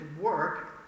work